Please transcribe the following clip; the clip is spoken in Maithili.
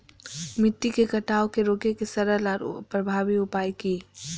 मिट्टी के कटाव के रोके के सरल आर प्रभावी उपाय की?